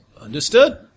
Understood